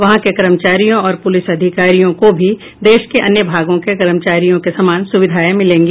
वहां के कर्मचारियों और पुलिस अधिकारियों को भी देश के अन्य भागों के कर्मचारियों के समान सुविधाएं मिलेंगी